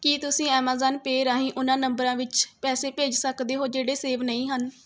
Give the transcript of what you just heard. ਕੀ ਤੁਸੀਂਂ Amazon pay ਰਾਹੀਂ ਉਨ੍ਹਾਂ ਨੰਬਰਾਂ ਵਿੱਚ ਪੈਸੇ ਭੇਜ ਸਕਦੇ ਹੋ ਜਿਹੜੇ ਸੇਵ ਨਹੀਂ ਹਨ